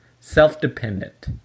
self-dependent